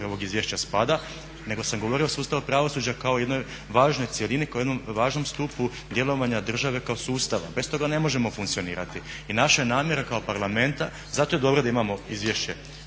ovog izvješća spada, nego sam govorio o sustavu pravosuđa kao jednoj važnoj cjelini, kao o jednom važnom stupu djelovanja države kao sustava. Bez toga ne možemo funkcionirati. I naša je namjera kao Parlamenta, zato je dobro da imamo izvješće